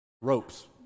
ropes